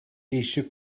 eisiau